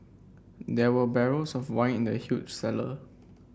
there were barrels of wine in the huge cellar